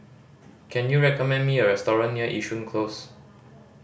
can you recommend me a restaurant near Yishun Close